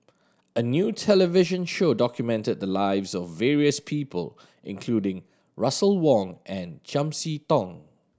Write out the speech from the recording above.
a new television show documented the lives of various people including Russel Wong and Chiam See Tong